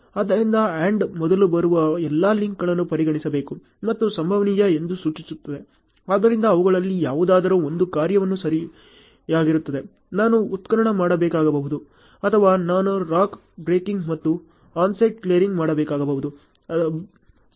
ಆದ್ದರಿಂದ AND ಮೊದಲು ಬರುವ ಎಲ್ಲಾ ಲಿಂಕ್ಗಳನ್ನು ಪರಿಗಣಿಸಬೇಕು ಮತ್ತು ಸಂಭವನೀಯ ಎಂದು ಸೂಚಿಸುತ್ತದೆ ಆದ್ದರಿಂದ ಅವುಗಳಲ್ಲಿ ಯಾವುದಾದರೂ ಒಂದು ಕಾರ್ಯವು ಸರಿಯಾಗಿರುತ್ತದೆ ನಾನು ಉತ್ಖನನ ಮಾಡಬೇಕಾಗಬಹುದು ಅಥವಾ ನಾನು ರಾಕ್ ಬ್ರೇಕಿಂಗ್ ಮತ್ತು ಅನ್ಸೈಟ್ ಕ್ಲಿಯರಿಂಗ್ ಮಾಡಬೇಕಾಗಬಹುದು